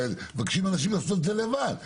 הרי מבקשים מאנשים לעשות את זה לבד.